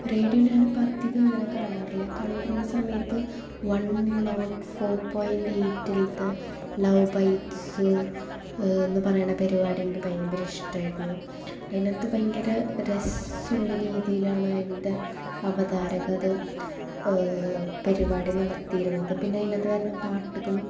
radio ഞാനിപ്പോൾ അധികം അങ്ങനെ കാണാറില്ല കണ്ടിരുന്ന സമയത്ത് വൺ നോട്ട് ഫോർ പോയിൻ്റ് എയ്റ്റിലത്തെ ലൗ ബൈറ്റ്സ് എന്ന് പറയുന്ന പരിപാടി എനിക്ക് ഭയങ്കര ഇഷ്ടമായിരുന്നു അതിനകത്ത് ഭയങ്കര രസമുള്ള രീതിയിലാണ് അത്ൻ്റെ അവതാരക അത് പരിപാടി നടത്തിയിരുന്നത് പിന്നെ അതിനകത്ത് വരുന്ന പാട്ടുകളും